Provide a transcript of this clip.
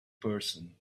person